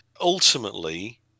ultimately